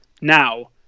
now